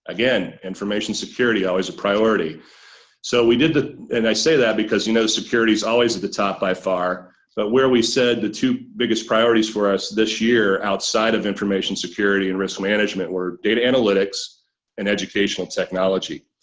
again information security always a priority so we did that and i say that because he knows security is always at the top by far but where we said the two biggest priorities for us this year outside of information security and risk management were data analytics and educational technology.